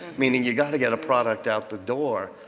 meaning you've got to get a product out the door.